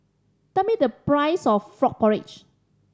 tell me the price of frog porridge